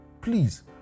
please